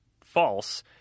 false